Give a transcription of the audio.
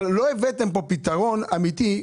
אבל לא הבאתם פה פתרון אמיתי.